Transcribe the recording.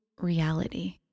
reality